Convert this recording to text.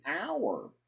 hour